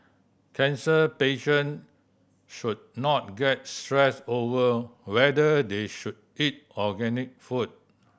cancer patient should not get stressed over whether they should eat organic food